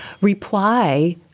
reply